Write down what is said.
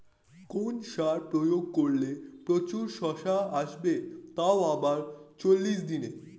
কোন সার প্রয়োগ করলে প্রচুর শশা আসবে তাও আবার চল্লিশ দিনে?